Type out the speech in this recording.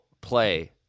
play